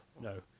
no